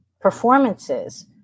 Performances